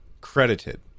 credited